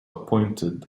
appointed